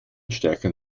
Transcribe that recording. stärken